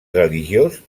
religiós